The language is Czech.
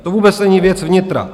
To vůbec není věc vnitra.